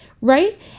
Right